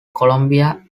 colombia